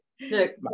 look